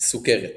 סוכרת